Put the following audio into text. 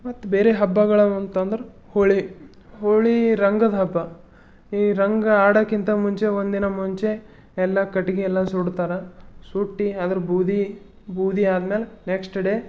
ಮತ್ತು ಬೇರೆ ಹಬ್ಬಗಳವ ಅಂತಂದ್ರೆ ಹೋಳಿ ಹೋಳಿ ರಂಗದ ಹಬ್ಬ ಈ ರಂಗು ಆಡೋಕ್ಕಿಂತ ಮುಂಚೆ ಒಂದಿನ ಮುಂಚೆ ಎಲ್ಲ ಕಟ್ಟಿಗೆ ಎಲ್ಲ ಸುಡ್ತಾರೆ ಸುಟ್ಟು ಅದ್ರ ಬೂದಿ ಬೂದಿ ಆದ್ಮೇಲೆ ನೆಕ್ಸ್ಟ್ ಡೇ